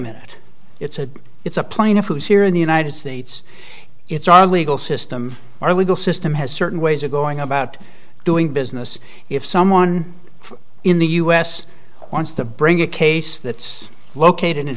minute it's a it's a plaintiff who's here in the united states it's our legal system our legal system has certain ways of going about doing business if someone in the u s wants to bring a case that's located in